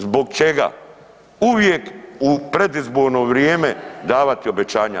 Zbog čega uvijek u predizborno vrijeme davati obećanja?